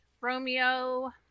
romeo